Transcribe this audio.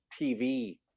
TV